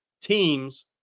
teams